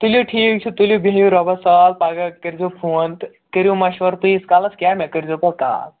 تُلِو ٹھیٖک چھُ تُلِو بِہِو رۄبَس سوال پگاہ کٔرۍزیو فون تہٕ کٔرِو مَشوَرٕ تُہۍ ییٖتِس کالَس کیٛاہ مےٚ کٔرۍزیو پَتہٕ کال